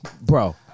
Bro